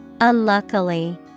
Unluckily